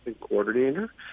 coordinator